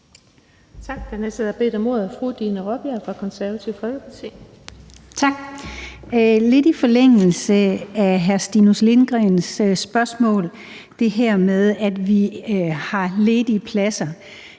er lidt i forlængelse af hr. Stinus Lindgreens spørgsmål og det her med, at vi har ledige pladser.